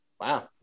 Wow